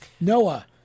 Noah